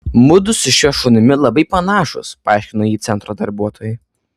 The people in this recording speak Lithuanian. mudu su šiuo šunimi labai panašūs paaiškino ji centro darbuotojai